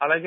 అలాగే